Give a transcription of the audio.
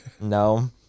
No